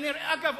אגב,